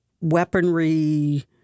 Weaponry